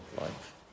life